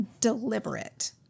deliberate